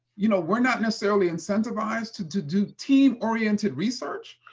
you know we're not necessarily incentivized to do team-oriented research.